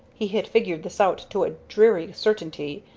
he had figured this out to a dreary certainty,